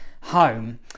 home